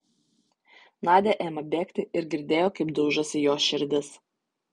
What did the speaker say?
nadia ėmė bėgti ir girdėjo kaip daužosi jos širdis